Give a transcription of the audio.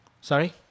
Sorry